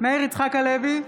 מאיר יצחק הלוי,